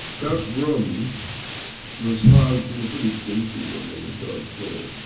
that room was housed in a pretty dinky room on the third floor,